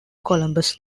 columbus